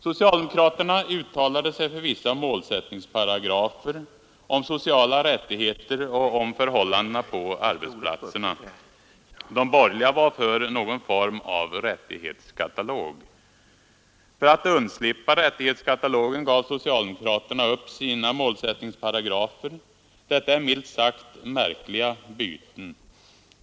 Socialdemokraterna uttalade sig för vissa målsättningsparagrafer om sociala rättigheter och om förhållandena på arbetsplatserna. De borgerliga var för någon form av rättighetskatalog. För att undslippa rättighetskatalogen gav socialdemokraterna upp sina målsättningsparagrafer. Detta är milt sagt märkliga byten.